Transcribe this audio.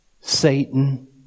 Satan